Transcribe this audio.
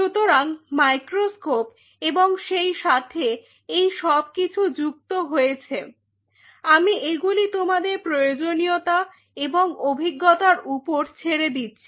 সুতরাং Refer Time 1217 microscope এবং সেই সাথে এইসব কিছু যুক্ত হয়েছে আমি এগুলি তোমাদের প্রয়োজনীয়তা এবং অভিজ্ঞতার উপর ছেড়ে দিচ্ছি